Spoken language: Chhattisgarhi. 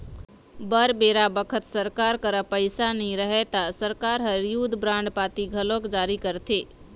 बर बेरा बखत सरकार करा पइसा नई रहय ता सरकार ह युद्ध बांड पाती घलोक जारी करथे